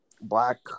black